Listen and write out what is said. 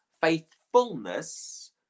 faithfulness